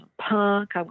punk